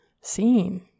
seen